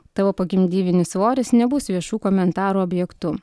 tavo pogimdyvinis svoris nebus viešų komentarų objektu